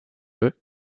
eux